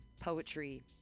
poetry